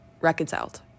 reconciled